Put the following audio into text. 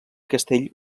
castell